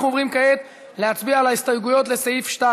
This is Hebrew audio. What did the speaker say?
אנחנו עוברים כעת להצביע על ההסתייגויות לסעיף 2